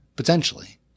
Potentially